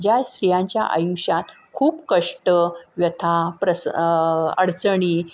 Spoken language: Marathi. ज्या स्त्रियांच्या आयुष्यात खूप कष्ट व्यथा प्रस अडचणी